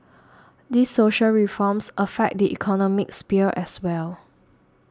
these social reforms affect the economic sphere as well